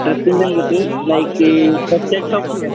ഡ്രെസ്സിൻറെ എന്നിട്ട് ലൈക്ക് ടെക്സ്റ്റയിൽ ഷോപ്പിൻറെയാണോ